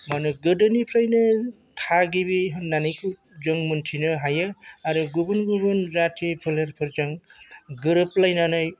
माने गोदोनिफ्रायनो थागिबि होन्नानै जों मोनथिनो हायो आरो गुबुन गुबुन जाथि फोलेरफोरजों गोरोब लायनानै